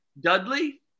dudley